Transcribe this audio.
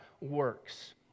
works